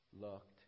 looked